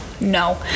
no